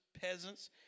peasants